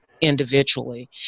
individually